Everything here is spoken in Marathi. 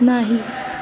नाही